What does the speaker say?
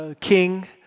king